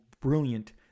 brilliant